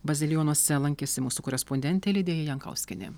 bazilionuose lankėsi mūsų korespondentė lidija jankauskienė